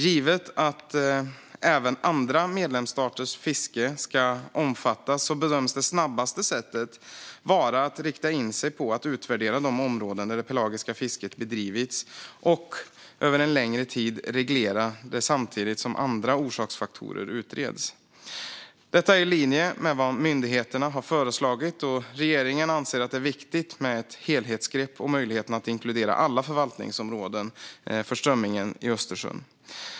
Givet att även andra medlemsstaters fiske ska omfattas bedöms det snabbaste sättet vara att rikta in sig på att utvärdera de områden där det pelagiska fisket bedrivits och reglera det över en längre tid, samtidigt som andra orsaksfaktorer utreds. Detta är i linje med vad myndigheterna har föreslagit, och regeringen anser att det är viktigt med ett helhetsgrepp och en möjlighet att inkludera alla förvaltningsområden för strömmingen i Östersjön.